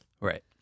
Right